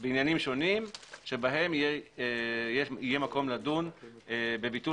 בעניינים שונים שבהם יהיה מקום לדון בביטול